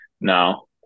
no